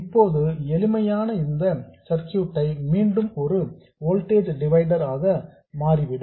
இப்போது எளிமையான இந்த சர்க்யூட் மீண்டும் ஒரு வோல்டேஜ் டிவைடர் ஆக மாறிவிடும்